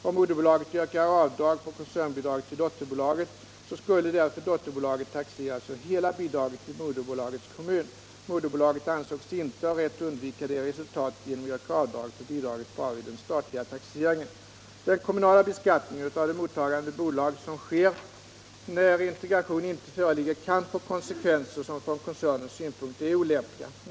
Om moderbolaget yrkade avdrag för koncernbidrag till dotterbolaget, skulle därför dotterbolaget taxeras för hela bidraget i moderbolagets kommun. Moderbolaget ansågs inte ha rätt att undvika detta resultat genom att yrka avdrag för bidraget bara vid den statliga taxeringen. Den kommunala beskattning av mottagande bolag som sker när integration inte föreligger kan få konsekvenser, som från koncernens synpunkt är olämpliga.